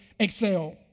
Excel